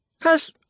Has